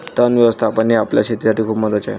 तण व्यवस्थापन हे आपल्या शेतीसाठी खूप महत्वाचे आहे